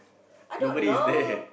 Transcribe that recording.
I don't know